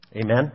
Amen